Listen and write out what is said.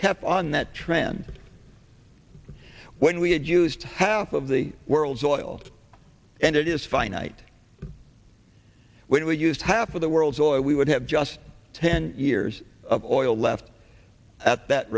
kept on that trend when we had used half of the world's oil and it is finite when we use half of the world's oil we would have just ten years of oil left at that